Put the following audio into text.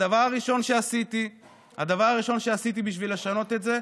הדבר הראשון שעשיתי בשביל לשנות את זה,